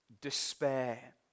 despair